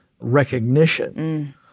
recognition